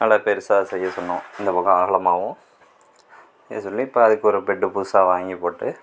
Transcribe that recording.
நல்லா பெருசாக செய்ய சொன்னோம் இந்த பக்கம் அகலமாகவும் செய்ய சொல்லி இப்போ அதுக்கு ஒரு பெட்டு புதுசாக வாங்கி போட்டு